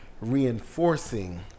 reinforcing